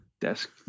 desk